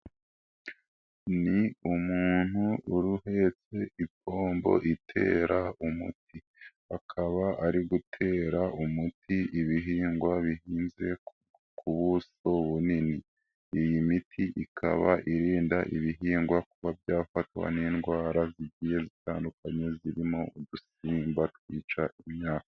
Ni umuntu uhetse impombo itera umuti, akaba ari gutera umuti ibihingwa bihinze ku buso bunini, iyi miti ikaba irinda ibihingwa kuba byafatwa n'indwara zigiye zitandukanye, zirimo udusimba twica imyaka.